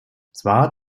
zwar